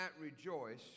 rejoice